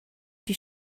die